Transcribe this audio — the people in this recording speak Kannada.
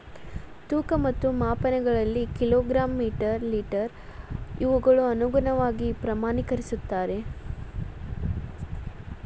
ತೂಕ ಮತ್ತು ಮಾಪನಗಳಲ್ಲಿ ಕಿಲೋ ಗ್ರಾಮ್ ಮೇಟರ್ ಲೇಟರ್ ಇವುಗಳ ಅನುಗುಣವಾಗಿ ಪ್ರಮಾಣಕರಿಸುತ್ತಾರೆ